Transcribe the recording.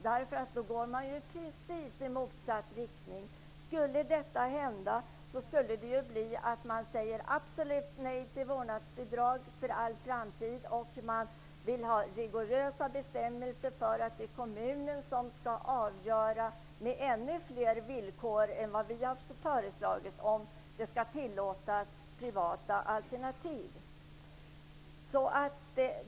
Då går man nämligen i precis motsatt riktning. Man säger definitivt nej till vårdnadsbidrag för all framtid, och man vill ha rigorösa bestämmelser där kommunen med ännu fler villkor än vad vi har föreslagit skall bestämma om privata alternativ skall tillåtas.